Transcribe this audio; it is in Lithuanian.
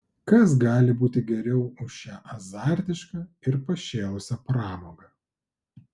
kas gali būti geriau už šią azartišką ir pašėlusią pramogą